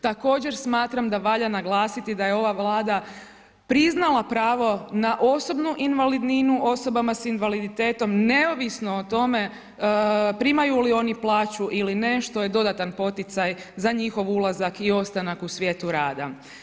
Također smatram da valja naglasiti da je ova Vlada priznala pravo na osobnu invalidninu osobama s invaliditetom neovisno o tome primaju li oni plaću ili ne što je dodatan poticaj za njihov ulazak i ostanak u svijetu rada.